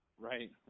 Right